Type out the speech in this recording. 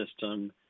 system